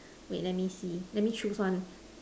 wait let me see let me choose one